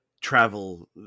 travel